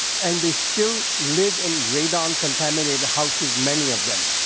and they still live in radon-contaminated houses, many of them.